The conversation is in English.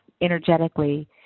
energetically